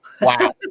wow